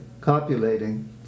copulating